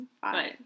Fine